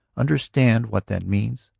understand what that means.